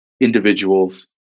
individuals